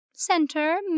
Center